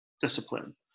discipline